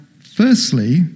firstly